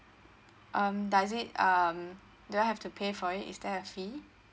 um does it um do I have to pay for it is there a fee